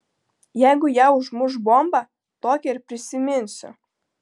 jeigu ją užmuš bomba tokią ir prisiminsiu